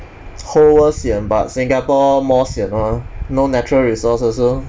whole world sian but singapore more sian mah no natural resource also